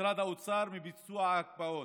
משרד האוצר מביצוע הקפאות.